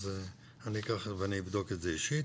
אז אני אקח ואבדוק את זה אישית.